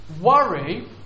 worry